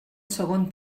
segon